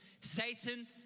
Satan